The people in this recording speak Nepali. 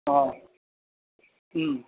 अँ